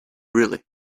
really